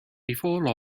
before